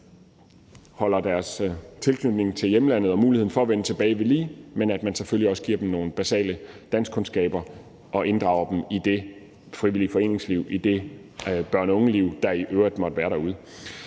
holder deres tilknytning til hjemlandet og muligheden for at vende tilbage ved lige, men at man selvfølgelig også giver dem nogle basale danskkundskaber og inddrager dem i det frivillige foreningsliv og børne- og ungeliv, der i øvrigt måtte være derude.